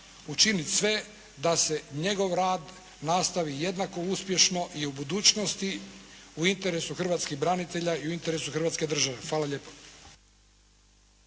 učiniti sve da se njegov rad nastavi jednako uspješno i u budućnosti u interesu hrvatskih branitelja i u interesu Hrvatske države. Hvala lijepa.